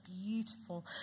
beautiful